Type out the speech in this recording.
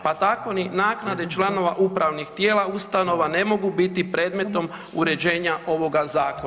Pa tako ni naknade članova upravnih tijela ustanova ne mogu biti predmetom uređenja ovoga zakona.